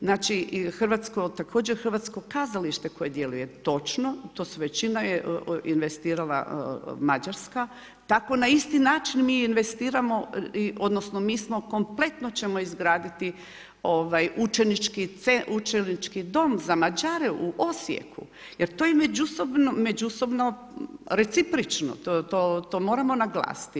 Znači, također Hrvatsko kazalište koje djeluje točno, većina je investirala Mađarska, tako na isti način mi investiramo, odnosno mi smo kompletno ćemo izgraditi učenički dom za Mađare u Osijeku jer to je međusobno recipročno, to moramo naglasiti.